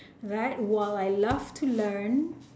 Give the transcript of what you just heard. that while I love to learn